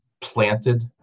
planted